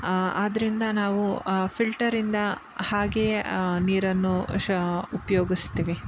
ಆದ್ದರಿಂದ ನಾವು ಫಿಲ್ಟರ್ ಇಂದ ಹಾಗೆಯೇ ನೀರನ್ನು ಶ ಉಪ್ಯೋಗಿಸ್ತೀವಿ